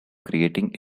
creating